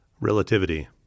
Relativity